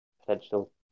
potential